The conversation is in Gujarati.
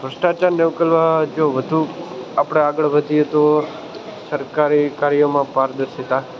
ભ્રષ્ટાચારને ઉકેલવા જો વધુ આપણે આગળ વધીએ તો સરકારી કાર્યમાં પારદર્શિકા